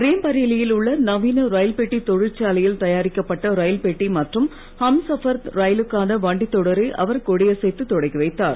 ரே பரேலியில் உள்ள நவீன ரயில் பெட்டித் தொழிற்சாலையில் தயாரிக்கப்பட்ட ரயில்பெட்டி மற்றும் ஹம்சபர் ரயிலுக்கான வண்டித் தொடரை அவர் கொடிசைத்து தொடக்கி வைத்தார்